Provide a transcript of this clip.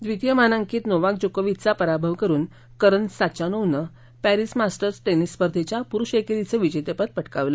द्वितीय मानांकित नोवाक जोकोविचचा पराभव करुन करन साचानोव्हनं पॅरिस मास्टर्स टेनिस स्पर्धेच्या पुरुष एकेरीचं विजेतेपद पटकावलं